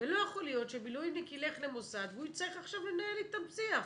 ולא יכול להיות שמילואימניק ילך למוסד והוא יצטרך עכשיו לנהל איתם שיח.